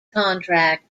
contract